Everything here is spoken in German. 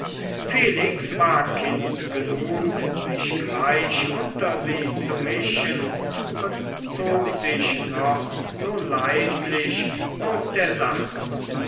felix war kind genug sich gleich unter sie zu mischen und zog sich noch so leidlich aus der sache